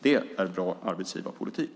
Det är bra arbetsgivarpolitik.